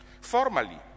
Formally